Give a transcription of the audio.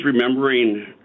remembering